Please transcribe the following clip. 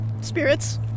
Spirits